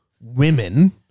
women